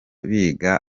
biga